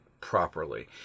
properly